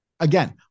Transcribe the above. Again